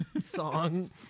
song